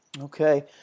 Okay